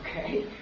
okay